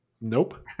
Nope